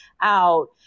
out